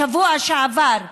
בשבוע שעבר הלכה,